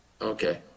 Okay